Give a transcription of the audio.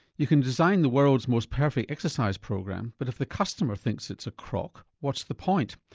you can design the world's most perfect exercise program but if the customer thinks it's a crock what's the point?